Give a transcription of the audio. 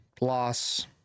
loss